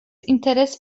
interes